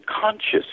conscious